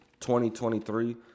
2023